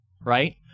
right